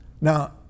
now